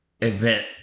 event